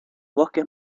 bosques